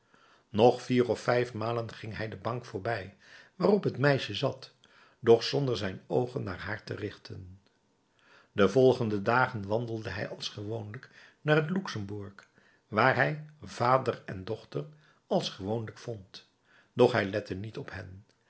nog vier of vijf malen ging hij de bank voorbij waarop het meisje zat doch zonder zijn oogen naar haar te richten de volgende dagen wandelde hij als gewoonlijk naar het luxemburg waar hij vader en dochter als gewoonlijk vond doch hij lette niet op hen